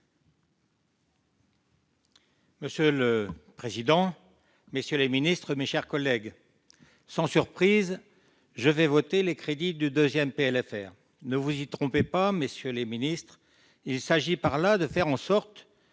Monsieur le président, messieurs les ministres, mes chers collègues, sans surprise, je vais voter les crédits du deuxième PLFR. Ne vous y trompez pas, messieurs les ministres, il s'agit de faire en sorte